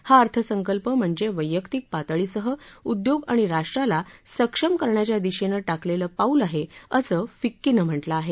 हा अर्थसंकल्प म्हणजे वैयक्तिक पातळीसह उद्योग आणि राष्ट्राला सक्षम करण्याच्या दिशेनं टाकलेलं पाऊल आहे असं फिक्कीनं म्हटलं आहे